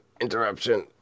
interruption